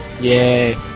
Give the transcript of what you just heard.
Yay